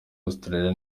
australia